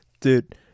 Dude